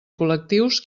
col·lectius